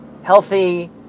healthy